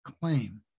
claim